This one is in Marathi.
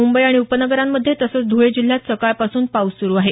मुंबई आणि उपनगरांमध्ये तसंच धुळे जिल्ह्यात सकाळ पासून पाऊस सुरु आहे